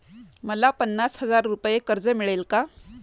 मला पन्नास हजार रुपये कर्ज मिळेल का?